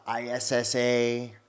ISSA